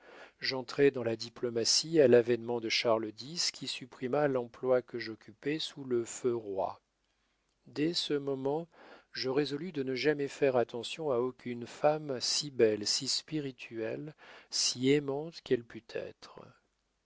j'entrai dans la diplomatie à l'avénement de charles x qui supprima l'emploi que j'occupais sous le feu roi dès ce moment je résolus de ne jamais faire attention à aucune femme si belle si spirituelle si aimante qu'elle pût être